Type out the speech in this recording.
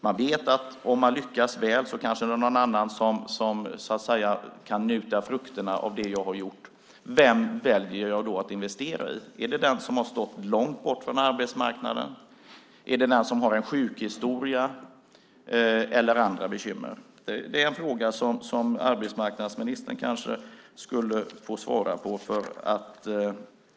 Man vet att om man lyckas väl så kanske det är någon annan som så att säga kan njuta frukterna av det man har gjort. Vem väljer man då att investera i? Är det den som har stått långt bort från arbetsmarknaden? Är det den som har en sjukhistoria eller andra bekymmer? Det är kanske frågor som arbetsmarknadsministern skulle få svara på.